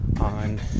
on